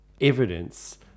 evidence